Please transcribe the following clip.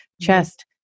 chest